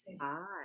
Hi